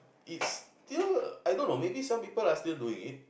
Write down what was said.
it's still I don't know maybe some people are still doing it